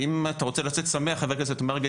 ואם אתה רוצה לצאת שמח חה"כ מרגי,